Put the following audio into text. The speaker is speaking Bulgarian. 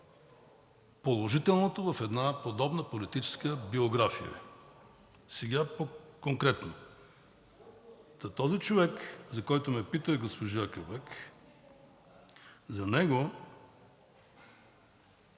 положителното в една подобна политическа биография. Сега конкретно. За този човек, за когото ме пита госпожа Кабак, в сектор